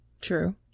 True